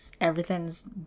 everything's